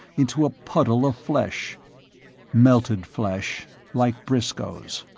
into a puddle of flesh melted flesh like briscoe's